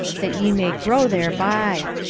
that ye may grow thereby.